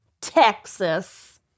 Texas